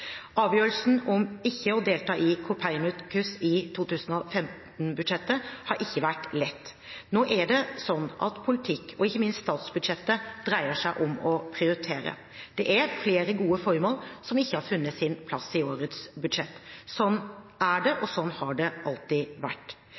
Avgjørelsen om ikke å delta i Copernicus i 2015-budsjettet har ikke vært lett. Nå er det slik at politikk – og ikke minst statsbudsjettet – dreier seg om å prioritere. Det er flere gode formål som ikke har funnet sin plass i årets budsjett. Slik er det,